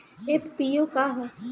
FPO का ह?